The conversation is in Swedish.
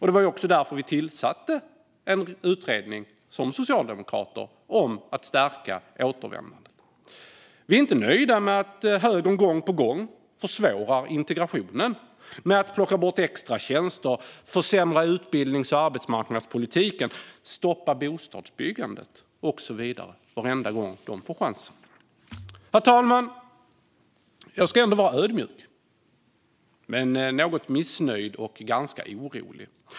Det var också därför som Socialdemokraterna tillsatte en utredning om att stärka återvändandet. Vi är inte nöjda med att högern gång på gång försvårar integrationen genom att plocka bort extratjänster, försämra utbildnings och arbetsmarknadspolitiken, stoppa bostadsbyggandet och så vidare varenda gång de får chansen. Herr talman! Jag ska ändå vara ödmjuk men något missnöjd och ganska orolig.